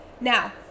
Now